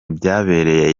byabereye